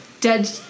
dead